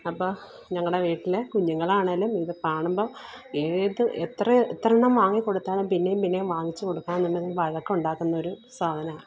അപ്പോൾ ഞങ്ങളുടെ വീട്ടിലെ കുഞ്ഞുങ്ങളാണേലും ഇത് കാണുമ്പോൾ ഏത് എത്ര എത്രെണ്ണം വാങ്ങി കൊടുത്താലും പിന്നെയും പിന്നെയും വാങ്ങിച്ചു കൊടുക്കണമെന്നുണ്ടെങ്കിൽ വഴക്ക് ഉണ്ടാക്കുന്നൊരു സാധനമാ